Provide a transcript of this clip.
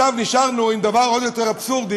ועכשיו נשארנו עם דבר עוד יותר אבסורדי,